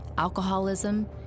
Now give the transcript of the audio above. alcoholism